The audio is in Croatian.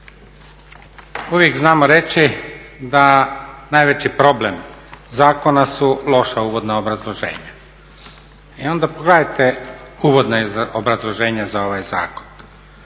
Uvijek znamo reći da najveći problem zakona su loša uvodna obrazloženja i onda pogledajte uvodno obrazloženje za ovaj zakon.